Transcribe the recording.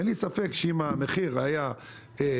אין לי ספק שאם המחיר היה יורד,